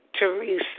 Teresa